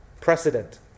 precedent